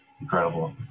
incredible